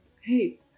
Hey